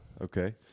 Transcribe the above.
Okay